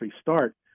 start